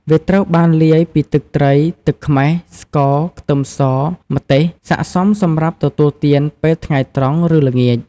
វាត្រូវបានលាយពីទឹកត្រី ទឹកខ្មេះ ស្ករ ខ្ទឹមស ម្ទេស ស័ក្តិសមសម្រាប់ទទួលទានពេលថ្ងៃត្រង់ ឬល្ងាច។